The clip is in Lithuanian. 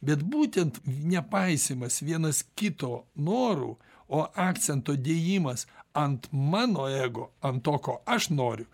bet būtent nepaisymas vienas kito norų o akcento dėjimas ant mano ego ant to ko aš noriu